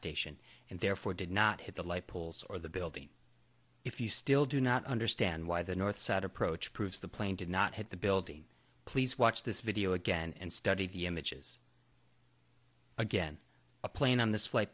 station and therefore did not hit the light poles or the building if you still do not understand why the north side approach proves the plane did not hit the building please watch this video again and study the images again a plane on this flight